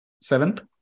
seventh